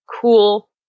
cool